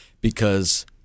Because-